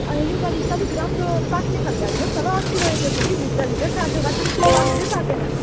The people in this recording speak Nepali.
अन्त योपालि चाहिँ अलिक राम्रो पाक्ने खालको हालिदिनुहोस् न ल अस्ति लगेको थिएँ कि भित्र भित्र काँचो काँचै रहेछ पाक्दै पाकेन